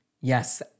Yes